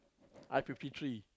I fifty three